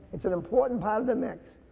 it's an important part of the mix.